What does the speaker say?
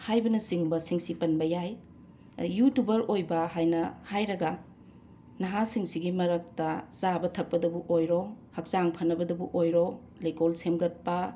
ꯍꯥꯏꯕꯅꯆꯤꯡꯕꯁꯤꯡꯁꯤ ꯄꯟꯕ ꯌꯥꯏ ꯌꯨꯇꯨꯕꯔ ꯑꯣꯏꯕ ꯍꯥꯏꯅ ꯍꯥꯏꯔꯒ ꯅꯍꯥꯁꯤꯡꯁꯤꯒꯤ ꯃꯔꯛꯇ ꯆꯥꯕ ꯊꯛꯄꯗꯕꯨ ꯑꯣꯏꯔꯣ ꯍꯛꯆꯥꯡ ꯐꯅꯕꯗꯕꯨ ꯑꯣꯏꯔꯣ ꯂꯩꯀꯣꯜ ꯁꯦꯝꯒꯠꯄ